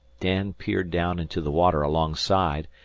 dan peered down into the water alongside,